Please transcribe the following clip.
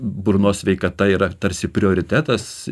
burnos sveikata yra tarsi prioritetas